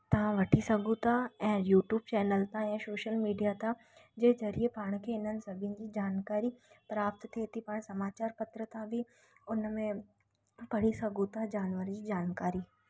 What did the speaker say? तां वठी सघूं था ऐं यूट्यूब चैनल तां या सोशल मीडिया तां जे ज़रिए पाण खे इन्हनि सभिनि जी जानकारी प्राप्त थिए थी मां समाचार पत्र तां बि उन में पढ़ी सघूं था जानवर जी जानकारी